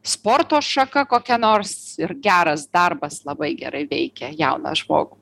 sporto šaka kokia nors ir geras darbas labai gerai veikia jauną žmogų